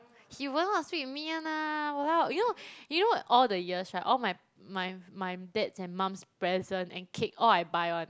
he will not split with me one lah !walao! you know you know all the years right all my my my dad's and mum's present and cake all I buy [one]